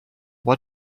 what